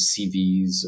CVs